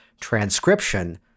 transcription